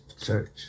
Church